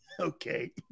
Okay